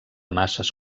masses